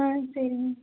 ஆ சரிங்க